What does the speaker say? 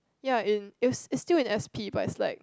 ya in it's it's still in s_p but it's like